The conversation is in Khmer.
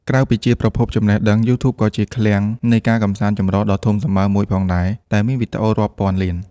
ក្រៅពីជាប្រភពចំណេះដឹង YouTube ក៏ជា ឃ្លាំងនៃការកម្សាន្តចម្រុះ ដ៏ធំសម្បើមមួយផងដែរ ដែលមានវីដេអូរាប់ពាន់លាន។